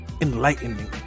enlightening